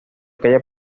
calle